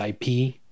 IP